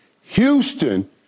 Houston